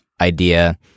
idea